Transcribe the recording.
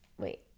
Wait